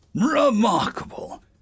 Remarkable